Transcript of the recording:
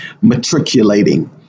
matriculating